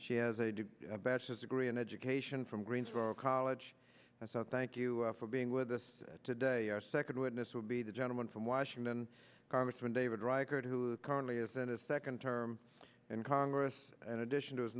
she has a bachelor's degree in education from greensboro college and so thank you for being with us today our second witness will be the gentleman from washington congressman david dreier who currently is in a second term in congress an addition to his